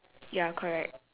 ya correct